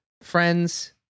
friends